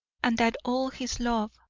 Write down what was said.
and that all his love,